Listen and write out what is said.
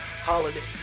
holidays